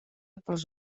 pels